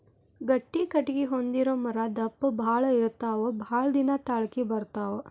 ಗಟ್ಟಿ ಕಟಗಿ ಹೊಂದಿರು ಮರಾ ದಪ್ಪ ಬಾಳ ಇರತಾವ ಬಾಳದಿನಾ ತಾಳಕಿ ಬರತಾವ